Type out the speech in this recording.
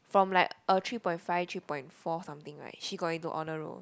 from like a three point five or three point four something right she got into honour roll